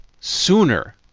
sooner